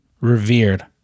revered